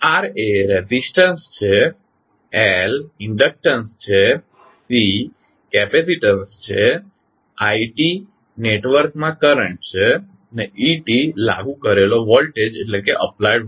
R એ resistance છે L inductance છે C કેપેસિટીન્સ છે i નેટવર્ક માં કરંટ છે અને et લાગુ કરેલો વોલ્ટેજ છે